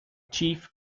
chief